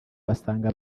basanga